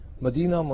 Medina